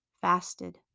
fasted